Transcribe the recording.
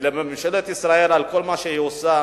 ולממשלת ישראל על כל מה שהיא עושה.